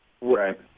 Right